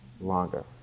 longer